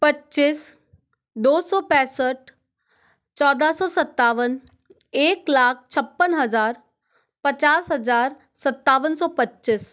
पच्चीस दो सौ पैंसठ चौदह सौ सत्तावन एक लाख छप्पन हज़ार पचास हजार सत्तावन सौ पच्चीस